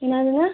என்னதுங்க